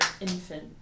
infant